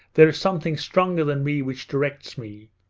there is something stronger than me which directs me.